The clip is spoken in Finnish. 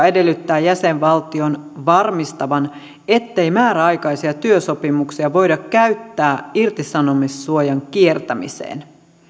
edellyttää jäsenvaltion varmistavan ettei määräaikaisia työsopimuksia voida käyttää irtisanomissuojan kiertämiseen